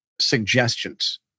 suggestions